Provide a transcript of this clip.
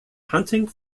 hunting